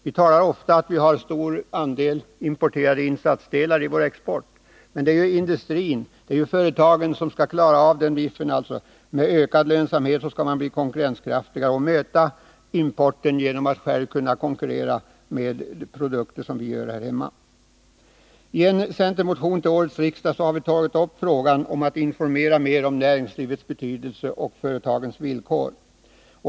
Vi talar ofta om att vi har en stor andel importerade insatsdelar i vår export, och det är ju vår industri, som skall klara av den biten och genom ökad lönsamhet bli mer konkurrenskraftig och möta den importen med produkter som görs här hemma. I en centermotion till årets riksmöte har vi tagit upp frågan om att det måste informeras mera om näringslivets betydelse och företagens villkor.